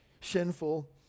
sinful